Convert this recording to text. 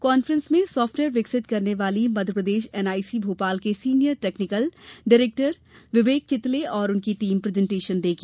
conference में software विकसित करने वाली मध्यप्रदेश एनआईसी भोपाल के सीनियर टेक्नीकल डायरेक्टर विवेक चितले और उनकी टीम प्रजेन्टेशन देगी